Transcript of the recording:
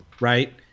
right